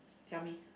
tell me